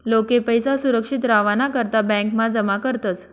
लोके पैसा सुरक्षित रावाना करता ब्यांकमा जमा करतस